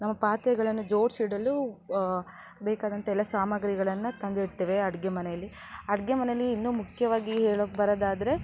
ನಮ್ಮ ಪಾತ್ರೆಗಳನ್ನು ಜೋಡಿಸಿಡಲು ಬೇಕಾದಂಥ ಎಲ್ಲ ಸಾಮಾಗ್ರಿಗಳನ್ನು ತಂದಿಡ್ತೇವೆ ಅಡುಗೆ ಮನೆಯಲ್ಲಿ ಅಡುಗೆ ಮನೆಯಲ್ಲಿ ಇನ್ನೂ ಮುಖ್ಯವಾಗಿ ಹೇಳೋಕೆ ಬರೊದಾದರೆ